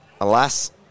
alas